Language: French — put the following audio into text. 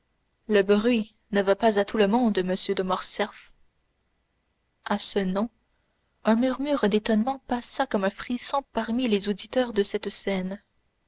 le bruit ne va pas à tout le monde monsieur de morcerf à ce nom un murmure d'étonnement passa comme un frisson parmi les auditeurs de cette scène